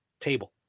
table